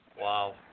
Wow